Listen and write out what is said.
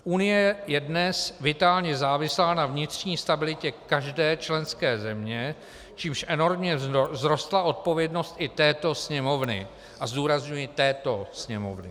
Unie je dnes vitálně závislá na vnitřní stabilitě každé členské země, čímž enormně vzrostla odpovědnost i této Sněmovny a zdůrazňuji této Sněmovny.